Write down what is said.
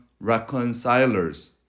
reconcilers